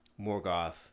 Morgoth